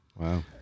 Wow